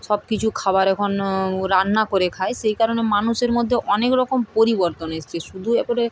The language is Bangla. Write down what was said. সব কিছু খাবার এখন রান্না করে খায় সেই কারণে মানুষের মধ্যে অনেক রকম পরিবর্তন এসেছে শুধু এ করে